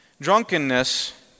drunkenness